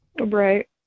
right